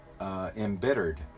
embittered